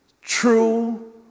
true